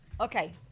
Okay